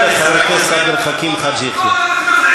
חבר הכנסת עבד אל חכים חאג' יחיא.